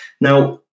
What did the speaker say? Now